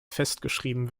festgeschrieben